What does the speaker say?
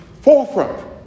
forefront